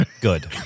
Good